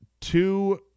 two